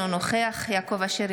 אינו נוכח יעקב אשר,